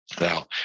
now